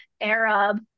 Arab